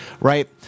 right